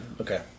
Okay